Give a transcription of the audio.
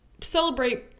Celebrate